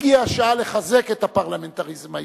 הגיעה השעה לחזק את הפרלמנטריזם הישראלי.